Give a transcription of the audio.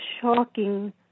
shocking